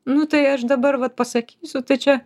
nu tai aš dabar vat pasakysiu tai čia